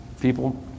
people